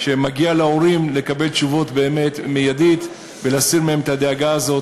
מגיע להורים לקבל תשובות באמת מייד ולהסיר מהם את הדאגה הזאת,